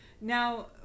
Now